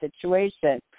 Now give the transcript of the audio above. situation